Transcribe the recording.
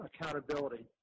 accountability